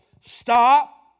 Stop